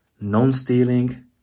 non-stealing